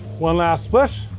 one last splish.